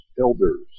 elders